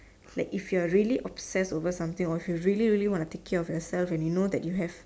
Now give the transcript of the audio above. like if you're really obsess over something or you really really want to take care of yourself and you know that you have